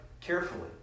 carefully